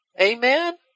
Amen